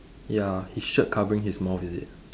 ya his shirt covering his mouth is it